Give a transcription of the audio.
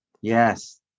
Yes